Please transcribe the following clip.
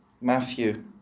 Matthew